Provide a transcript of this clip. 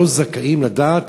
לא זכאים לדעת